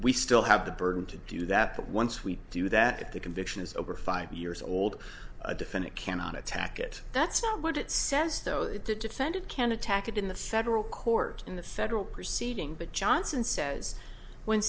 we still have the burden to do that but once we do that if the conviction is over five years old a defendant cannot attack it that's not what it says though if the defendant can attack it in the several court in the federal proceeding but johnson says when